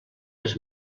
les